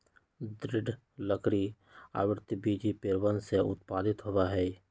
दृढ़ लकड़ी आवृतबीजी पेड़वन से उत्पादित होबा हई